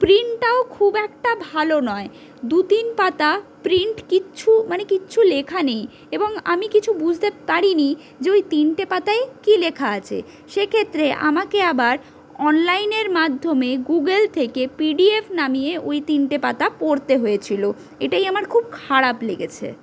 প্রিন্টটাও খুব একটা ভালো নয় দু তিন পাতা প্রিন্ট কিচ্ছু মানে কিচ্ছু লেখা নেই এবং আমি কিছু বুঝতে পারিনি যে ওই তিনটে পাতায় কী লেখা আছে সেক্ষেত্রে আমাকে আবার অনলাইনের মাধ্যমে গুগল্ থেকে পিডিএফ নামিয়ে ওই তিনটে পাতা পড়তে হয়েছিলো এটাই আমার খুব খারাপ লেগেছে